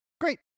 Great